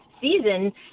season